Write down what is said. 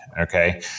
okay